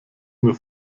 nur